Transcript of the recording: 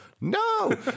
no